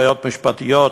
בעיות משפטיות,